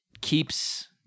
keeps